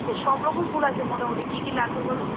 এই সব রকম ফুল আছে মোটামোটি কী কী লাগবে বলুন